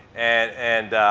and